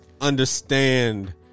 understand